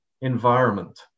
environment